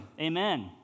Amen